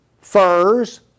Furs